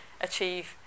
achieve